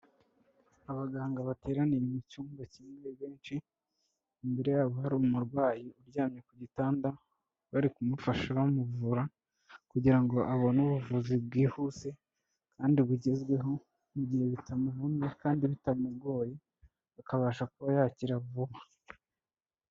Abaganga bateraniye mu cyumba kimwe benshi, imbere yabo hari umurwayi uryamye ku gitanda bari kumufasha bamuvura kugirango ngo abone ubuvuzi bwihuse kandi bugezweho, mu gihe bitamuvunnye kandi bitamugoye, akabasha kuba yakira vuba.